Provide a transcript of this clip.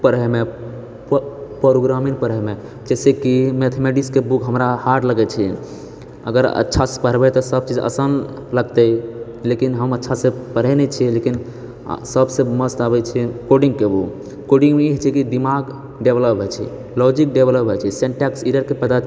पढ़ैमे प्रोग्रामिङ्ग पढ़ैमे जैसेकी मैथमेटिक्सके बुक हमरा हार्ड लगै छै अगर अच्छा से पढ़बै तऽ सबचीज आसान लगतै लेकिन हम अच्छा से पढ़ै नहि छियै लेकिन सबसे मस्त आबै छै कोडिङ्गके बुक कोडिङ्गमे ई होइ छै कि दिमाग डेवलप होइ छै लॉजिक डेवलप होइ छै सेन्टेक्स ईररके पता